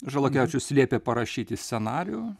žalakevičius liepė parašyti scenarijų